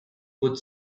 put